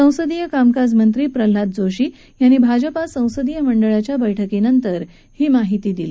संसदीय कामकाजमंत्री प्रल्हाद जोशी यांनी भाजपा संसदीय मंडळाच्या बैठकीनंतर ही माहिती दिली